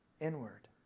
Inward